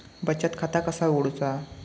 बचत खाता कसा उघडूचा?